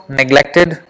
neglected